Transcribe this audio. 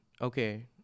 okay